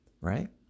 right